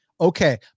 Okay